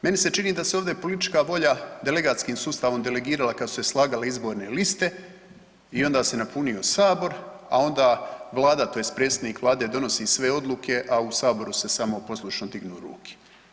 Meni se čini da se ovdje politička volja delegatskim sustavom delegirala kada su se slagale izborne liste i onda se napunio Sabor, a onda Vlada tj. predsjednik Vlade donosi sve odluke a u Saboru se samo poslušno dignu ruke.